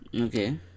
Okay